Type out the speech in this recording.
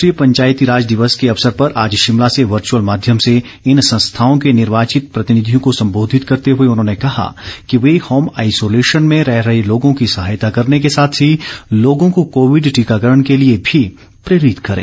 राष्ट्रीय पंचायती राज दिवस के अवसर पर आज शिमला से वर्चुअल माध्यम से इन संस्थाओं के निर्वाचित प्रतिनिधियों को संबोधित करते हुए उन्होंने कहा कि वे होम आइसोलेशन में रह रहे लोगों की सहायता करने के साथ ही लोगों को कोविड टीकॉकरण के लिए भी प्रेरित करें